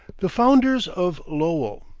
the founders of lowell.